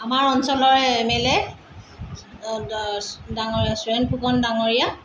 আমাৰ অঞ্চলৰ M L A ডাঙ সুৰেণ ফুকন ডাঙৰীয়া